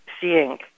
seeing